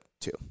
two